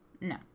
No